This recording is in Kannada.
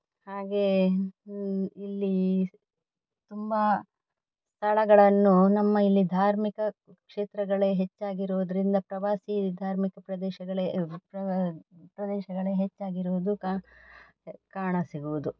ಹಾಗೆ ಇಲ್ಲಿ ತುಂಬ ಸ್ಥಳಗಳನ್ನು ನಮ್ಮ ಇಲ್ಲಿ ಧಾರ್ಮಿಕ ಕ್ಷೇತ್ರಗಳೇ ಹೆಚ್ಚಾಗಿರುವುದರಿಂದ ಪ್ರವಾಸಿ ಧಾರ್ಮಿಕ ಪ್ರದೇಶಗಳೇ ಪ್ರದೇಶಗಳೇ ಹೆಚ್ಚಾಗಿರುವುದು ಕಾಣ ಸಿಗುವುದು